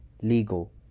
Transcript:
legal